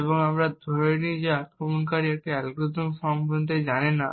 এবং আমরা ধরে নিই যে আক্রমণকারী এই অ্যালগরিদম সম্পর্কে জানে না